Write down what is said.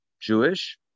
Jewish